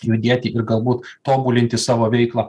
judėti ir galbūt tobulinti savo veiklą